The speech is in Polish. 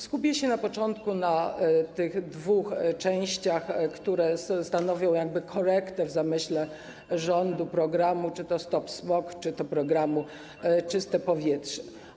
Skupię się na początku na tych dwóch częściach, które stanowią jakby korektę w zamyśle rządu czy to programu „Stop smog”, czy to programu „Czyste powietrze”